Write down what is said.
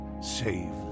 Save